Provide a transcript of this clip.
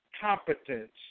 competence